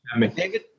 David